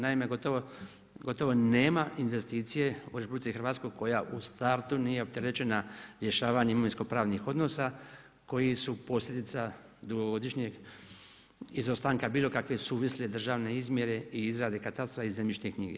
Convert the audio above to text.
Naime, gotovo nema investicije u RH koja u startu nije opterećena rješavanjem imovinsko-pravnih odnosa koji su posljedica dugogodišnje izostanka bilo kakve suvisle državne izmjere i izrade katastra i zemljišne knjige.